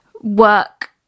work